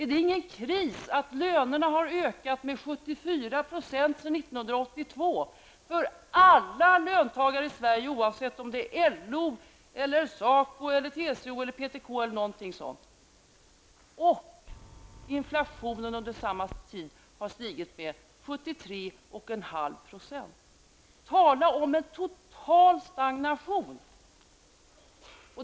Är det inte kris då lönerna har ökat med 74 % sedan 1982 för alla löntagare i Sverige, oavsett om det rör sig om LO, SACO, TCO eller PTK, samtidigt som inflationen under samma tid har stigit med 73,5 %? Tala om en total stagnation!